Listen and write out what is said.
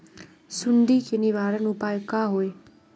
सुंडी के निवारक उपाय का होए?